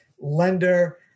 lender